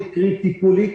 קרי, טיפולי,